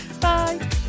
Bye